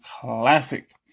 Classic